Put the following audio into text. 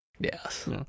Yes